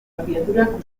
abiadurak